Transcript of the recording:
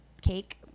cake